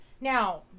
Now